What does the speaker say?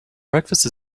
breakfast